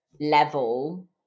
level